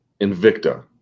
invicta